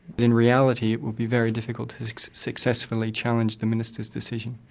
in reality it would be very difficult to successfully challenge the minister's decision.